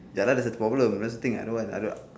ya lah that's the problem that's the thing I don't want I don't